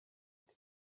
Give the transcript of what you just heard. iti